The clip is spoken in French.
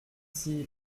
six